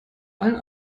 eine